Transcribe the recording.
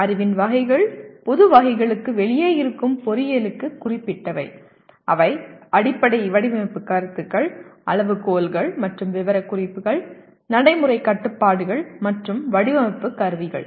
அறிவின் வகைகள் பொது வகைகளுக்கு வெளியே இருக்கும் பொறியியலுக்கு குறிப்பிட்டவை அவை அடிப்படை வடிவமைப்பு கருத்துக்கள் அளவுகோல்கள் மற்றும் விவரக்குறிப்புகள் நடைமுறை கட்டுப்பாடுகள் மற்றும் வடிவமைப்பு கருவிகள்